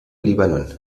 libanon